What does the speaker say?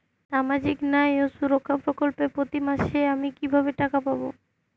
সামাজিক ন্যায় ও সুরক্ষা প্রকল্পে প্রতি মাসে আমি কিভাবে টাকা পাবো?